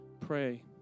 pray